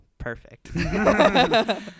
Perfect